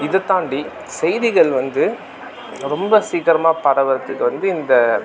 இது தாண்டி செய்திகள் வந்து ரொம்ப சீக்கிரமாக பரவுறத்துக்கு வந்து இந்த